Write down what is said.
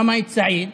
למה את סעיד?